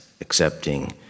accepting